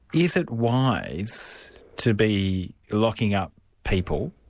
is it wise to be locking up people,